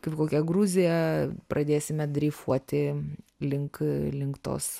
kaip kokia gruzija pradėsime dreifuoti link link tos